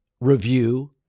review